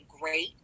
great